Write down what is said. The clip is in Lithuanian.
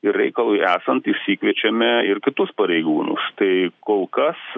ir reikalui esant išsikviečiame ir kitus pareigūnus tai kol kas